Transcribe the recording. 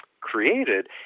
created